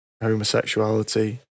homosexuality